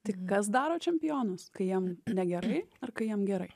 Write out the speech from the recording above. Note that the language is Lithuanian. tai kas daro čempionus kai jam negerai ar kai jam gerai